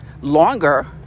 longer